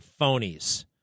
phonies